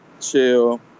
chill